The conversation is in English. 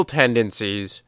tendencies